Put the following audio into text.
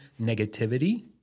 negativity